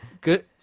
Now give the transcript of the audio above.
Good